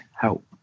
help